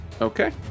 Okay